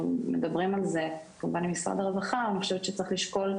מדברים על כך כמובן עם משרד הרווחה המשך